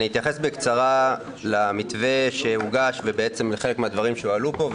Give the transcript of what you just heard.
אני אתייחס בקצרה למתווה שהוגש ולחלק מהדברים שהועלו פה,